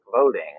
voting